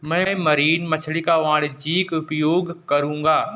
मैं मरीन मछली का वाणिज्यिक उपयोग करूंगा